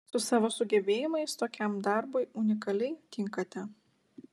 su savo sugebėjimais tokiam darbui unikaliai tinkate